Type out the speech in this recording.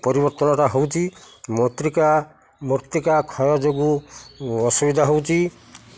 ପରିବର୍ତ୍ତନଟା ହେଉଛି ମୃତ୍ତିକା କ୍ଷୟ ଯୋଗୁଁ ଅସୁବିଧା ହେଉଛି